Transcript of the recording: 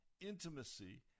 intimacy